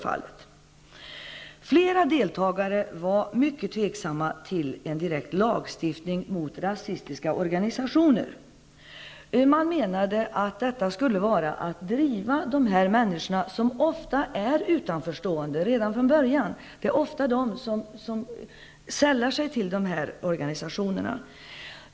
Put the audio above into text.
Flera deltagare var mycket tveksamma till en direkt lagstiftning mot rasistiska organisationer. Man menade att det skulle vara att driva dessa människor till underjordisk verksamhet. De står ofta utanför redan från början. Det är sådana människor som sällar sig till dessa organisationer.